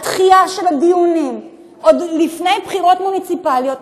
והדחייה של הדיונים עוד לפני בחירות מוניציפליות,